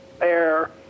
air